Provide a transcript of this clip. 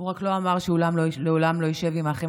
הוא רק לא אמר שהוא לעולם לא ישב עם האחים